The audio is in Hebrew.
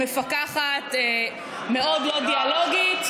המפקחת מאוד לא דיאלוגית.